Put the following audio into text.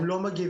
הם לא מגיבים.